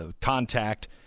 contact